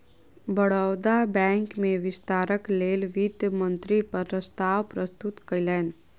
Baroda bank में विस्तारक लेल वित्त मंत्री प्रस्ताव प्रस्तुत कयलैन